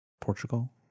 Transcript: Portugal